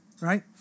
right